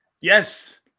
Yes